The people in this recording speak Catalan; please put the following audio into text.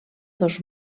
dos